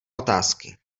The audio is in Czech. otázky